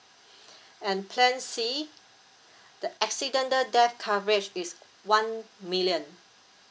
and plan C the accident death coverage is one million